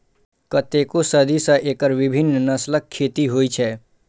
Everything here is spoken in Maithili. कतेको सदी सं एकर विभिन्न नस्लक खेती होइ छै